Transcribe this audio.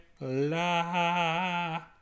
la